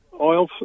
oil